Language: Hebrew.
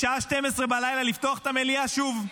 לשעה 24:00 לפתוח את המליאה שוב.